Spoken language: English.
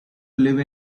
live